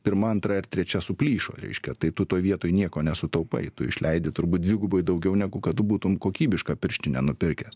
pirma antra ir trečia suplyšo reiškia tai tu toj vietoj nieko nesutaupai tu išleidi turbūt dvigubai daugiau negu kad tu būtum kokybišką pirštinę nupirkęs